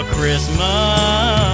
Christmas